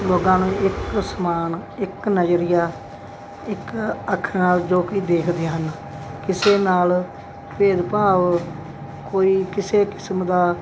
ਲੋਕਾਂ ਨੂੰ ਇੱਕ ਸਮਾਨ ਇੱਕ ਨਜ਼ਰੀਆ ਇੱਕ ਅੱਖ ਨਾਲ ਜੋ ਕਿ ਦੇਖਦੇ ਹਨ ਕਿਸੇ ਨਾਲ ਭੇਦਭਾਵ ਕੋਈ ਕਿਸੇ ਕਿਸਮ ਦਾ